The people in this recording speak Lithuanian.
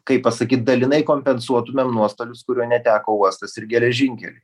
kaip pasakyt dalinai kompensuotumėm nuostolius kurių neteko uostas ir geležinkeliai